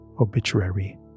obituary